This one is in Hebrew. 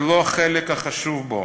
ולא החלק החשוב בו.